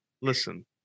listen